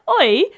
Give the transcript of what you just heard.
Oi